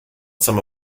some